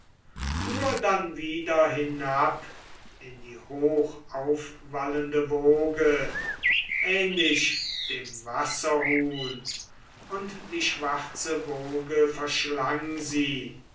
fuhr dann wieder hinab in die hochaufwallende woge ähnlich dem wasserhuhn und die schwarze woge verschlang sie